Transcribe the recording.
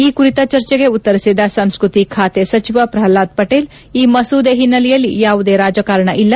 ಈ ಕುರಿತ ಚರ್ಜೆಗೆ ಉತ್ತರಿಸಿದ ಸಂಸ್ಕತಿ ಖಾತೆ ಸಚಿವ ಪ್ರಹ್ಲಾದ್ ಪಟೇಲ್ ಈ ಮಸೂದೆ ಹಿನ್ನೆಲೆಯಲ್ಲಿ ಯಾವುದೇ ರಾಜಕಾರಣ ಇಲ್ಲ